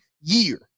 year